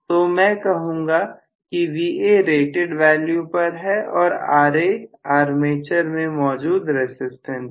तो मैं कहूंगा कि Va रेटेड वैल्यू पर है और Ra आर्मेचर में मौजूद रसिस्टेंस है